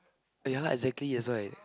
ya lah exactly that's why